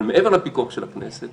אבל מעבר לפיקוח של הכנסת,